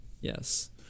Yes